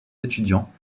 étudiants